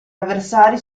avversari